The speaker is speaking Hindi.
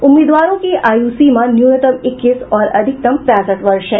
उम्मीदवारों की आयुसीमा न्यूनतम इक्कीस और अधिकतम पैंसठ वर्ष है